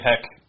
Heck